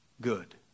good